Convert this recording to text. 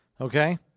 Okay